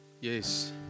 yes